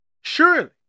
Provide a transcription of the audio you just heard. Surely